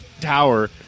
tower